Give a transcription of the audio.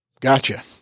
Gotcha